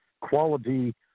quality